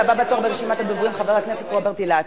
והבא בתור ברשימת הדוברים הוא חבר הכנסת רוברט אילטוב.